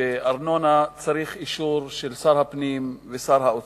בארנונה צריך אישור של שר הפנים ושל שר האוצר.